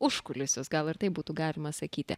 užkulisius gal ir taip būtų galima sakyti